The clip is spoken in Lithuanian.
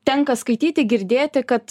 tenka skaityti girdėti kad